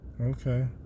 Okay